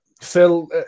Phil